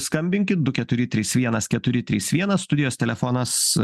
skambinkit du keturi trys vienas keturi trys vienas studijos telefonas